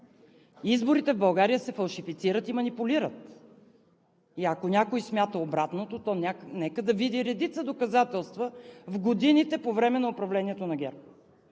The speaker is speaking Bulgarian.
– изборите в България се фалшифицират и манипулират. И ако някой смята обратното, то нека да види редица доказателства в годините по време на управлението на ГЕРБ,